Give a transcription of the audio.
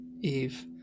Eve